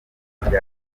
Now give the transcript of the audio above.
ibintu